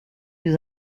les